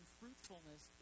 fruitfulness